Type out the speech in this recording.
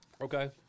Okay